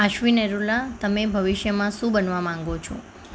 આશ્વી નેહરુલા તમે ભવિષ્યમાં શું બનવા માગો છો